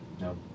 No